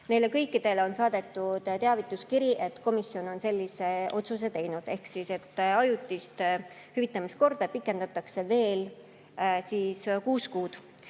Neile kõikidele on saadetud teavituskiri, et komisjon on sellise otsuse teinud, ajutist hüvitamise korda pikendatakse veel kuus kuud.